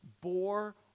bore